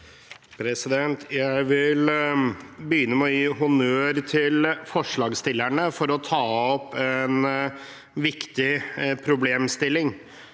Jeg vil begynne med å gi honnør til forslagsstillerne for å ta opp en viktig problemstilling.